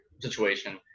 situation